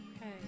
Okay